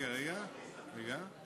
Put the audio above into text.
רגע, רגע, רגע.